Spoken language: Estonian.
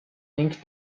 ning